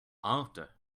after